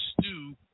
stew